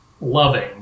loving